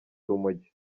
urumogi